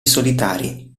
solitari